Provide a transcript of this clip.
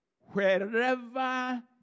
wherever